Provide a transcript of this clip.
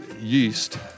yeast